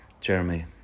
Jeremy